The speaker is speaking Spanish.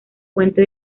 fuente